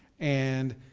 and.